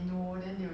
of what